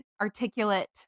articulate